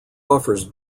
offers